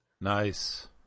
Nice